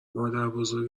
مادربزرگ